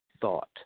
Thought